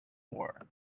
war